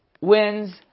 wins